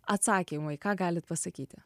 atsakymai ką galit pasakyti